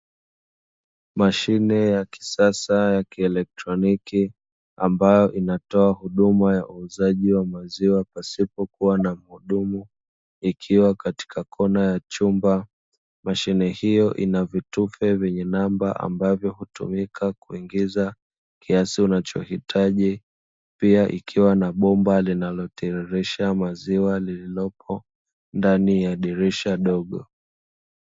Mashine ya kisasa ya kielektroniki ambayo inatoa huduma ya uuzaji wa maziwa pasipokuwa na muhudumu, ikiwa katika kona ya chumba, mashine hiyo ina vitufe vyenye namba ambavyo hutumika kuingiza kiasi unachohitaji pia ikiwa na bomba linalotiririsha maziwa lililopo ndani ya dirisha dogo.